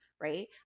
right